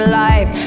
life